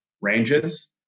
ranges